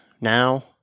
now